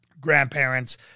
grandparents